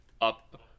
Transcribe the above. up